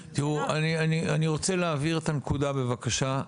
תראו, אני רוצה להבהיר את הנקודה בבקשה.